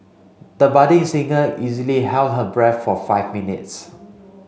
the budding singer easily held her breath for five minutes